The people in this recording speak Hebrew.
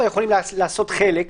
אבל יכולים לעשות חלק,